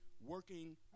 working